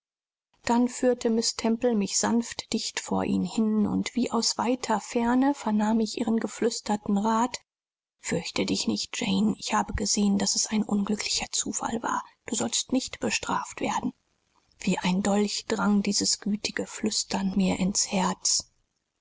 dann führte miß temple mich sanft dicht vor ihn und wie aus weiter ferne vernahm ich ihr geflüsterten rat fürchte dich nicht jane ich habe gesehen daß es ein unglücklicher zufall war du sollst nicht bestraft werden wie ein dolch drang dieses gütige flüstern mir ins herz